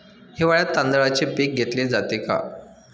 हिवाळ्यात तांदळाचे पीक घेतले जाते का?